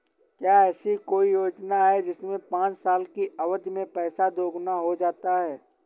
क्या ऐसी कोई योजना है जिसमें पाँच साल की अवधि में पैसा दोगुना हो जाता है?